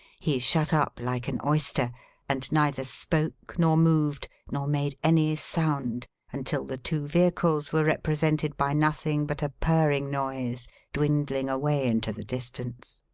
he shut up like an oyster and neither spoke, nor moved, nor made any sound until the two vehicles were represented by nothing but a purring noise dwindling away into the distance.